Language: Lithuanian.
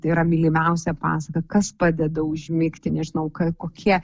tai yra mylimiausia pasaka kas padeda užmigti nežinau ką kokie